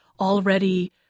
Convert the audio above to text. already